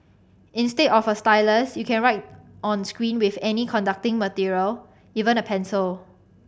instead of a stylus you can write on screen with any conducting material even a pencil